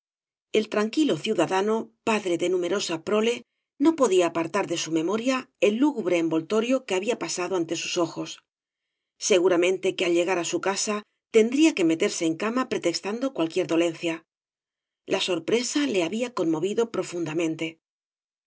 ei tranquilo ciudadano padre de numerosa prole no podía apartar de su memoria el lúgubre envoltorio que había pasada hute bus ojos seguramente que al llegar á su casa tendría que meterse en cama pretextando cualquier dolencia la sorpresa le había conmovido profundamente